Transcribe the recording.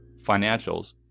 financials